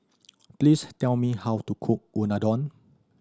please tell me how to cook Unadon